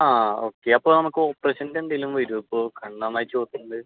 ആ ഓക്കെ അപ്പം നമുക്ക് ഓപ്പറേഷൻ്റെ എന്തെങ്കിലും വരുവോ ഇപ്പോൾ കണ്ണ് നന്നായി ചുവപ്പുണ്ട്